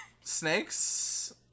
snakes